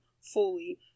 fully